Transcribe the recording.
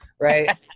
right